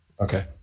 Okay